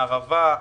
הערבה,